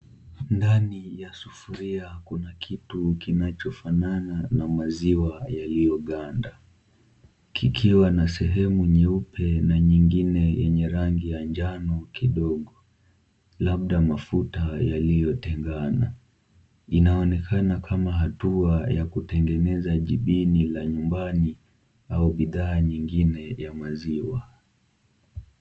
Ndani ya sufuria kuna kitu kinachofanana na maziwa yaliyoganda. Kikiwa na sehemu nyeupe na nyingine yenye rangi ya njano kidogo, labda mafuta yaliyotengana. Inaonekana kama hatua ya kutangeneza jibini la nyumbani au bidhaa nyingine ya maziwa.